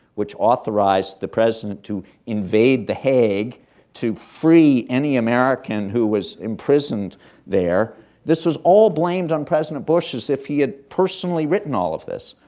which authorized the president to invade the hague to free any american who was imprisoned there this was all blamed on president bush, as if he had personally written all of this.